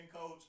coach